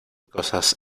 cosas